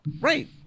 Right